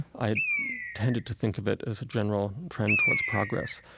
i tended to think of it as a general trend towards progress.